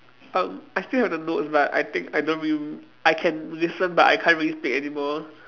um I still have the notes but I think I don't really I can listen but I can't really speak anymore